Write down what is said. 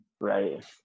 Right